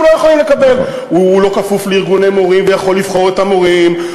לא יכולים לקבל: הוא לא כפוף לארגוני מורים ויכול לבחור את המורים,